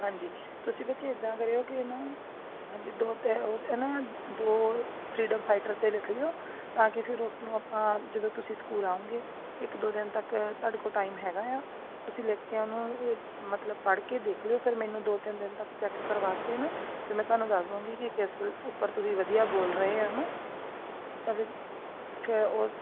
ਹਾਂਜੀ ਤੁਸੀਂ ਬੱਚੇ ਇੱਦਾਂ ਕਰਿਓ ਕਿ ਨਾ ਹਾਂਜੀ ਦੋ ਅਤੇ ਨਾ ਦੋ ਨਾ ਦੋ ਫਰੀਡਮ ਫਾਈਟਰ 'ਤੇ ਲਿਖ ਲਿਓ ਤਾਂ ਕਿ ਫਿਰ ਉਸ ਨੂੰ ਆਪਾਂ ਜਦੋਂ ਤੁਸੀਂ ਸਕੂਲ ਆਉਗੇ ਇੱਕ ਦੋ ਦਿਨ ਤੱਕ ਤੁਹਾਡੇ ਕੋਲ ਟਾਈਮ ਹੈਗਾ ਆ ਤੁਸੀਂ ਲਿਖ ਕੇ ਉਹਨੂੰ ਮਤਲਬ ਪੜ੍ਹ ਕੇ ਦੇਖ ਲਿਓ ਫਿਰ ਮੈਨੂੰ ਦੋ ਤਿੰਨ ਦਿਨ ਤੱਕ ਚੈੱਕ ਕਰਵਾ ਕੇ ਨਾ ਫਿਰ ਮੈਂ ਤੁਹਾਨੂੰ ਦੱਸ ਦਵਾਂਗੀ ਕਿ ਕਿਸ ਉੱਪਰ ਤੁਸੀਂ ਵਧੀਆ ਬੋਲ ਰਹੇ ਆ ਹੈ ਨਾ ਤਾਂ ਵੀ ਫਿਰ ਉਹ